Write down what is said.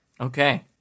Okay